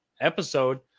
episode